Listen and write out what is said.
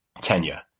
tenure